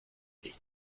ich